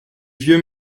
vieux